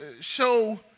Show